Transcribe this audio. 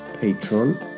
patron